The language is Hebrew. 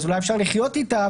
אולי אפשר לחיות איתה,